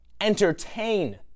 entertain